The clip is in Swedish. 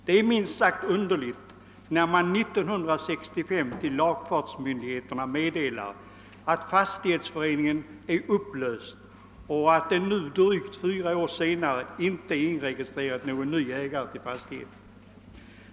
Det är minst sagt underligt att man 1965 meddelade lagfartsmyndigheterna att ifrågavarande fastighetsförening var upplöst och att det nu drygt fyra år senare inte inregistrerats någon ny ägare till fastigheten.